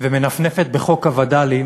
ומנפנפת בחוק הווד"לים